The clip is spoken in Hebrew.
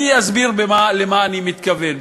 אני אסביר למה אני מתכוון.